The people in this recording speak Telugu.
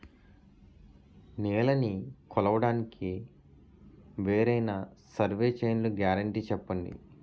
నేలనీ కొలవడానికి వేరైన సర్వే చైన్లు గ్యారంటీ చెప్పండి?